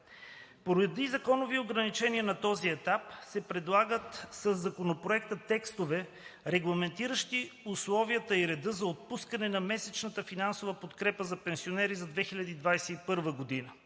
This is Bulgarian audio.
Поради законови ограничения на този етап се предлагат със Законопроекта текстове, регламентиращи условията и реда за отпускане на месечната финансова подкрепа на пенсионерите за 2021 г.